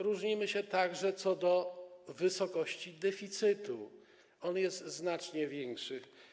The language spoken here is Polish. Różnimy się także co do wysokości deficytu, który jest znacznie większy.